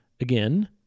again